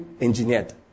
engineered